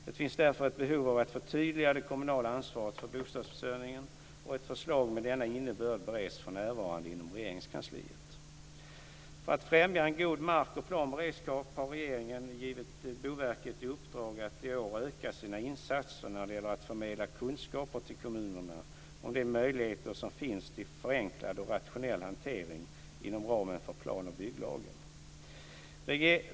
Det finns därför ett behov av att förtydliga det kommunala ansvaret för bostadsförsörjningen och ett förslag med denna innebörd bereds för närvarande inom För att främja en god mark och planberedskap har regeringen givit Boverket i uppdrag att i år öka sina insatser när det gäller att förmedla kunskaper till kommunerna om de möjligheter som finns till förenklad och rationell hantering inom ramen för planoch bygglagen.